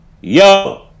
Yo